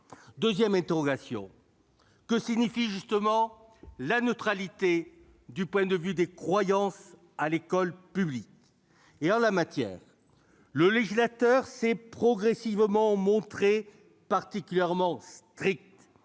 Deuxième interrogation : que signifie, justement, la neutralité du point de vue des croyances à l'école publique ? En la matière, le législateur s'est progressivement montré particulièrement strict.